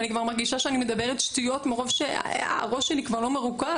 אני כבר מרגישה שאני מדברת שטויות מרוב שהראש שלי כבר לא מרוכז.